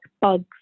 bugs